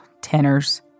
Tenors